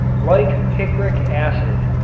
like picric acid,